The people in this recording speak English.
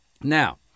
now